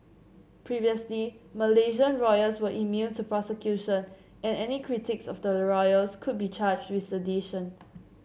previously Malaysian royals were immune to prosecution and any critics of the royals could be charged with sedition